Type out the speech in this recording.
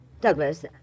Douglas